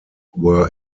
were